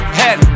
head